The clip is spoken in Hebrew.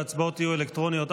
ההצבעות יהיו אלקטרוניות,